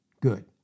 Good